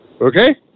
Okay